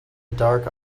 dark